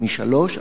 משלוש,